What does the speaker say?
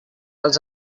als